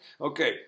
Okay